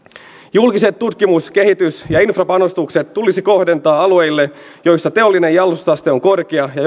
julkiset tutkimus kehitys ja infrapanostukset tulisi kohdentaa alueille joilla teollinen jalostusaste on korkea ja